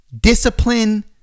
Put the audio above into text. discipline